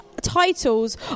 titles